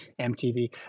MTV